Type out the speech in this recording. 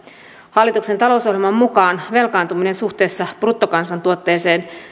hallituksen talousohjelman mukaan velkaantuminen suhteessa bruttokansantuotteeseen